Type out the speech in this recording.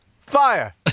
Fire